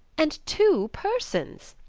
and two persons!